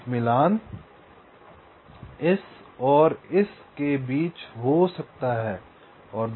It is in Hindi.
तो एक मिलान इस और इसके बीच हो सकता है